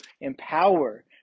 empower